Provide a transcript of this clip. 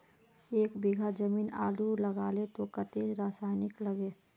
एक बीघा जमीन आलू लगाले तो कतेक रासायनिक लगे?